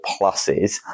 pluses